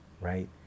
right